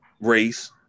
race